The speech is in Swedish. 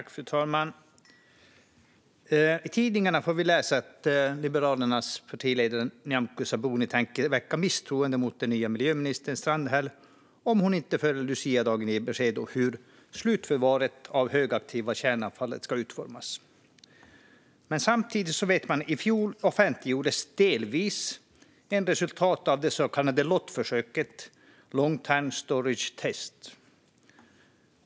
Fru talman! I tidningarna får vi läsa att Liberalernas partiledare Nyamko Sabuni tänker väcka misstroende mot den nya miljöministern Strandhäll om hon inte före luciadagen ger besked om hur slutförvaret av det högaktiva kärnavfallet ska utformas. Samtidigt vet vi att det i fjol delvis offentliggjordes ett resultat av det så kallade lottförsöket Long term storage test.